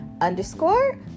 underscore